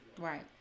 right